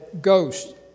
ghost